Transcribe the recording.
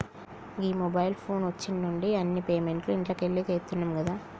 గీ mobile phone వచ్చిన్నుండి అన్ని పేమెంట్లు ఇంట్లకెళ్లే చేత్తున్నం గదా